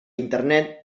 internet